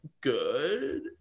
good